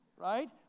Right